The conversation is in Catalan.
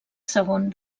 segon